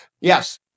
Yes